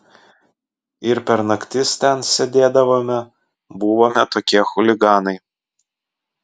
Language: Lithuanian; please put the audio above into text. ir per naktis ten sėdėdavome buvome tokie chuliganai